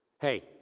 Hey